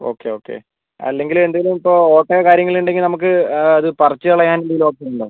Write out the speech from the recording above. okay okay അല്ലെങ്കിൽ എന്തെങ്കിലും ഇപ്പം ഓട്ടയോ കാര്യങ്ങൾ ഉണ്ടെങ്കിൽ നമുക്ക് അത് പറിച്ച് കളയാൻ എന്തെങ്കിലും ഓപ്ഷൻ ഉണ്ടോ